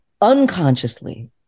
unconsciously